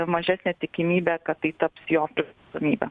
mažesnė tikimybė kad tai taps jo priklausomybe